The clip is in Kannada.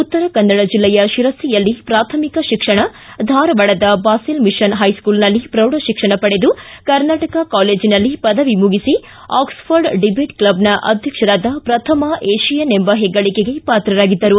ಉತ್ತರ ಕನ್ನಡ ಜಿಲ್ಲೆಯ ಶಿರಸಿಯಲ್ಲಿ ಪ್ರಾಥಮಿಕ ಶಿಕ್ಷಣ ಹಾಗೂ ಧಾರವಾಡದ ಬಾಸೆಲ್ ಮಿಷನ್ ಹೈಸ್ಕೂಲ್ ನಲ್ಲಿ ಪ್ರೌಢಶಿಕ್ಷಣ ಪಡೆದು ಕರ್ನಾಟಕ ಕಾಲೇಜಿನಲ್ಲಿ ಪದವಿ ಮುಗಿಸಿ ಆಕ್ಸ್ ಫರ್ಡ್ ಡಿಬೇಟ್ ಕ್ಲಬ್ನ ಅಧ್ಯಕ್ಷರಾದ ಪ್ರಥಮ ಏಷಿಯನ್ ಎಂಬ ಹೆಗ್ಗಳಿಕೆಗೆ ಪಾತ್ರರಾಗಿದ್ದರು